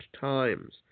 times